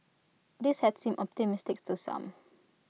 this had seemed optimistic to some